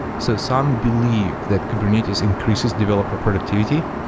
so some believe that kubernetes increases developer productivity.